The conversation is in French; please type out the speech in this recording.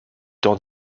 dans